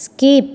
skip